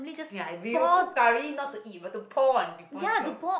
ya we will cook curry not to eat but to pour on peoples clothes